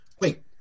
wait